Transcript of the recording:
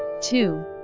two